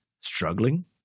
struggling